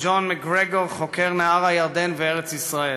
וג'ון מקגרגור, חוקר נהר הירדן וארץ-ישראל.